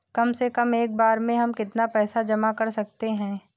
कम से कम एक बार में हम कितना पैसा जमा कर सकते हैं?